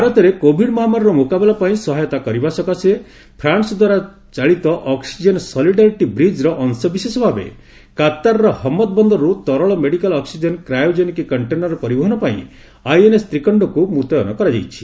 ଭାରତରେ କୋଭିଡ୍ ମହାମାରୀର ମୁକାବିଲା ପାଇଁ ସହାୟତା କରିବା ସକାଶେ ଫ୍ରାନ୍ସଦ୍ୱାରା ଚାଳିତ 'ଅକ୍ଟିଜେନ ସଲିଡାରିଟି ବ୍ରିକ୍'ର ଅଂଶବିଶେଷ ଭାବେ କାତାରର ହମଦ୍ ବନ୍ଦରରୁ ତରଳ ମେଡିକାଲ୍ ଅକ୍ଟିଜେନ୍ କ୍ରାୟୋଜେନିକ କଣ୍ଟେନର୍ ପରିବହନ ପାଇଁ ଆଇଏନ୍ଏସ୍ ତ୍ରିକଣ୍ଡକୁ ମୁତୟନ କରାଯାଇଛି